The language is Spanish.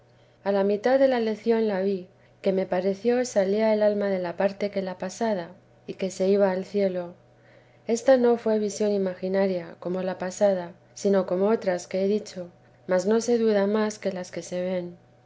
a la mitad de la lición la vi que me pareció salía el alma de la parte que la pasada y que se iba al cielo esta no fué visión imaginaria como la pasada sino como otras que he dicho mas no se duda más que las que se ven